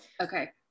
Okay